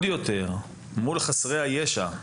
מול חסרי הישע,